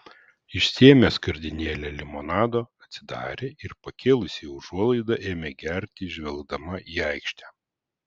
išsiėmė skardinėlę limonado atsidarė ir pakėlusi užuolaidą ėmė gerti žvelgdama į aikštę